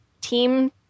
team